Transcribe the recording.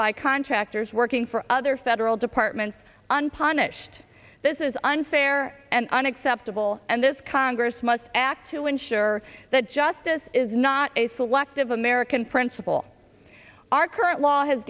by contractors working for other federal departments unpunished this is unfair and unacceptable and this congress must act to ensure that justice is not a selective american principle our current law has